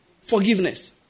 forgiveness